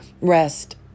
rest